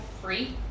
free